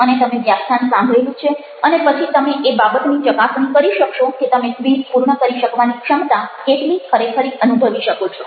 અને તમે વ્યાખ્યાન સાંભળેલું છે અને પછી તમે એ બાબતની ચકાસણી કરી શકશો કે તમે ક્વિઝ પૂર્ણ કરી શકવાની ક્ષમતા કેટલી ખરેખરી અનુભવો શકો છો